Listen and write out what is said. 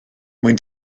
mwyn